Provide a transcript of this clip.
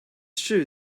true